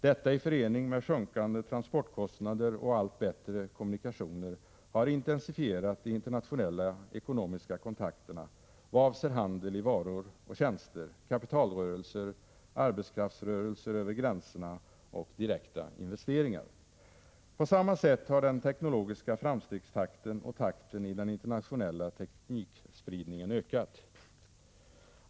Detta i förening med sjunkande transportkostnader och allt bättre kommunikatio ner har intensifierat de internationella ekonomiska kontakterna vad avser handel i varor och tjänster, kapitalrörelser, arbetskraftsrörelser över gränserna och direkta investeringar. På samma sätt har den teknologiska framstegstakten och takten i den internationella teknikspridningen ökat.